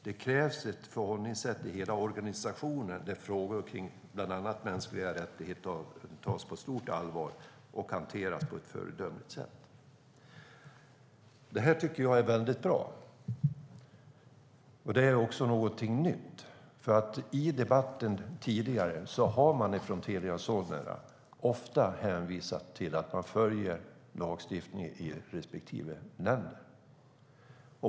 Det krävs ett förhållningssätt i hela organisationen där frågor kring bland annat mänskliga rättigheter tas på stort allvar och hanteras på ett föredömligt sätt." Det är väldigt bra. Det är också någonting nytt. I debatten tidigare har man från Telia Sonera ofta hänvisat till att man följer lagstiftningen i respektive länder.